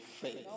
faith